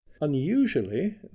Unusually